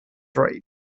trail